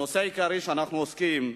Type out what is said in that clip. הנושא העיקרי שאנחנו עוסקים בו,